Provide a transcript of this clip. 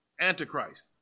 Antichrist